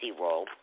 role